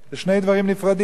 זה שני דברים נפרדים.